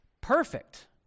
perfect